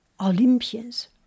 Olympians